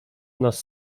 nas